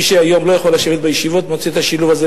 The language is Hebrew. מי שהיום לא יכול לשבת בישיבות מוצא את השילוב הזה,